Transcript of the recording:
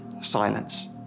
silence